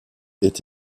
est